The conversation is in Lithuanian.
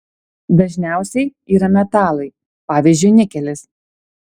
dažniausiai yra metalai pavyzdžiui nikelis